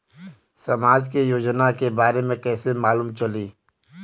समाज के योजना के बारे में कैसे मालूम चली?